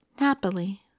Napoli